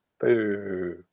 Boo